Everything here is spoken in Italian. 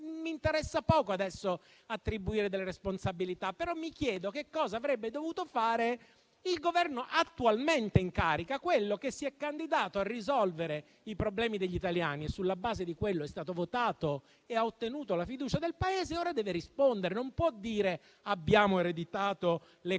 Mi interessa poco attribuire delle responsabilità, però mi chiedo cosa avrebbe dovuto fare il Governo attualmente in carica, quello che si è candidato a risolvere i problemi degli italiani e sulla base di quello è stato votato e ha ottenuto la fiducia del Paese. Ora il Governo deve rispondere e non può dire: abbiamo ereditato, le cose